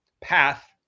path